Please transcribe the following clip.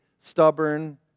stubborn